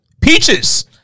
Peaches